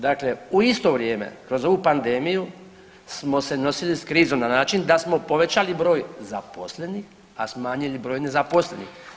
Dakle, u isto vrijeme kroz ovu pandemiju smo se nosili s krizom na način da smo povećali broj zaposlenih, a smanjili broj nezaposlenih.